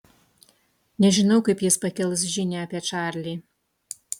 nežinau kaip jis pakels žinią apie čarlį